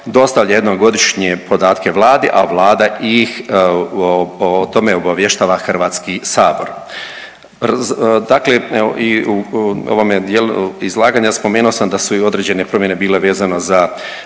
dostavlja jednom godišnje podatke Vlada, a Vlada ih o tome obavještava Hrvatski sabor. Dakle, i u ovome dijelu izlaganja spomenuo sam da su i određene promjene bile vezano za